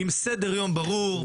עם סדר יום ברור,